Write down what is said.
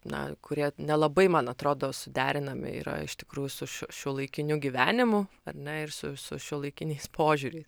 na kurie nelabai man atrodo suderinami yra iš tikrųjų su šiuo šiuolaikiniu gyvenimu ar ne ir su su šiuolaikiniais požiūriais